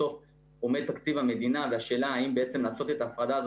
בסוף עומד תקציב המדינה והשאלה האם בעצם לעשות את ההפרדה הזאת